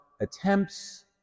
attempts